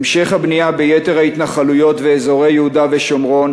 המשך הבנייה ביתר ההתנחלויות באזורי יהודה ושומרון